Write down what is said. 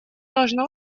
должно